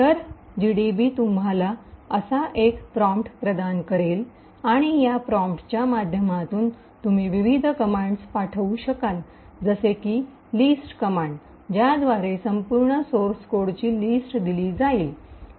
तर जीडीबी तुम्हाला असा एक प्रॉम्प्ट प्रदान करेल आणि या प्रॉम्प्टच्या माध्यमातून तुम्ही विविध कमांड्स पाठवू शकाल जसे की लिस्ट कमांड ज्याद्वारे संपूर्ण सोर्स कोडची लिस्ट दिली जाईल